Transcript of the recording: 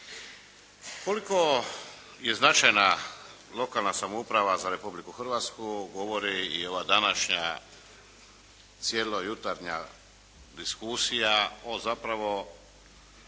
Koliko je značajna lokalna samouprava za Republiku Hrvatsku govori i ova današnja cjelojutarnja diskusija o zapravo